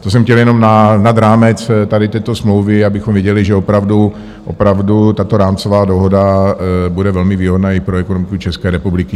To jsem chtěl jenom nad rámec tady této smlouvy, abychom viděli, že opravdu tato rámcová dohoda bude velmi výhodná i pro ekonomiku České republiky.